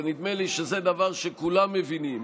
ונדמה לי שזה דבר שכולם מבינים,